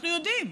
אנחנו יודעים.